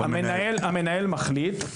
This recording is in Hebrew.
המנהל מחליט,